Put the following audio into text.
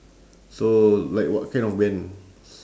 so like what kind of bands